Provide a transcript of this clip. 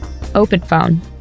OpenPhone